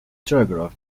telegraph